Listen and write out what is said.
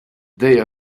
they